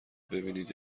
ببینید